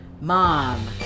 mom